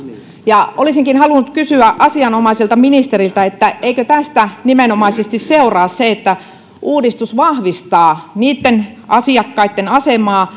olisinkin halunnut kysyä asianomaiselta ministeriltä eikö tästä nimenomaisesti seuraa se että uudistus vahvistaa niitten asiakkaitten asemaa